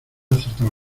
acertaba